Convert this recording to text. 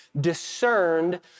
discerned